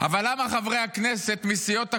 אבל למה חברי הכנסת מסיעות הקואליציה,